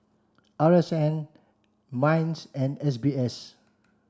R S N MINDS and S B S